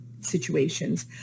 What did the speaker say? situations